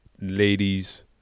ladies